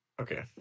Okay